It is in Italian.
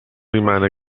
rimane